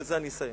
ובזה אני אסיים.